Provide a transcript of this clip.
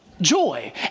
joy